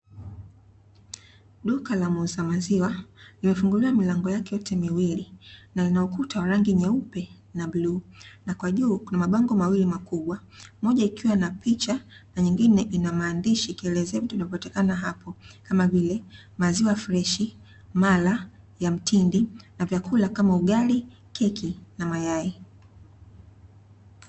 Duka la muuza maziwa, limefunguliwa milango yake yote miwili na lina ukuta wa rangi nyeupe na bluu. Na kwa juu kuna mabango mawili makubwa moja ikiwa na picha na nyingine ina maandishi, ikielezea vitu vinavyopatikana hapo, kama vile; maziwa freshi, mala ya mtindi na vyakula kama ugali, keki na mayai.